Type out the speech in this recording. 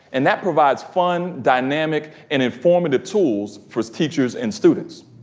and that provides fun, dynamic, and informative tools for teachers and students.